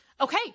okay